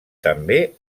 també